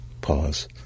pause